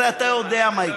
הרי אתה יודע מה יקרה.